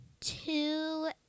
two